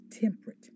temperate